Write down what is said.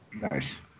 Nice